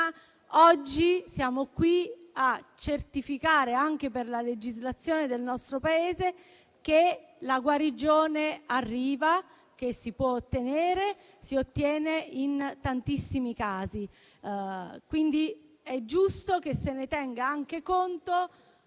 oggi siamo qui a certificare, anche per la legislazione del nostro Paese, che la guarigione arriva, che si può ottenere e si ottiene in tantissimi casi. È quindi giusto che se ne tenga anche conto